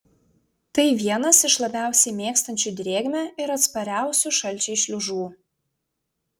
tai vienas iš labiausiai mėgstančių drėgmę ir atspariausių šalčiui šliužų